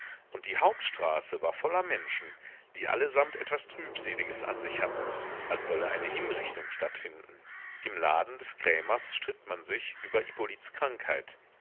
und die hauptstraße war voller menschen die allesamt etwas trübseliges an sich hatten als solle eine hinrichtung stattfinden im laden des krämers stritt man sich über